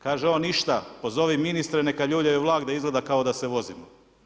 Kaže on ništa, pozovi ministre neka ljuljaju vlak da izgleda kao da se vozimo.